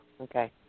Okay